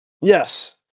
Yes